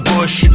Bush